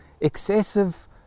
excessive